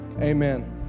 amen